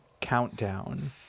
countdown